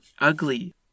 ugly